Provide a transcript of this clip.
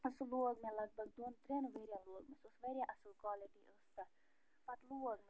سُہ لوگ مےٚ لگ بگ دۄن ترٛٮ۪ن ؤرِین لوگ مےٚ سُہ اوس وارِیاہ اصٕل کالٹی ٲس تتھ پتہٕ لوگ مےٚ سُہ